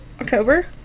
October